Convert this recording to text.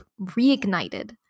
reignited